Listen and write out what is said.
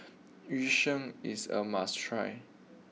Yu Sheng is a must try